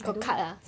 I don't know